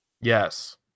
Yes